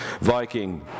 Viking